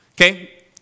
Okay